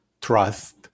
trust